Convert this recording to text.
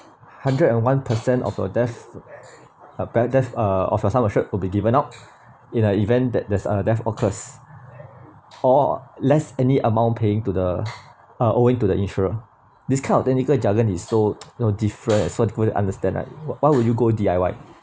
hundred and one percent of a death a bad death uh a sum assured will be given out in the event that there's a death occurs or less any amount paying to the uh owing to the insurer this kind of technical jargon is so you know different and so you couldn't understand right why would you go D_I_Y